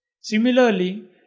Similarly